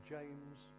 James